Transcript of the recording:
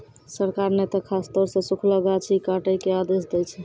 सरकार नॅ त खासतौर सॅ सूखलो गाछ ही काटै के आदेश दै छै